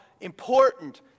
important